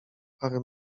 parę